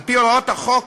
על-פי הוראות החוק,